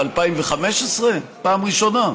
ב-2015 פעם ראשונה?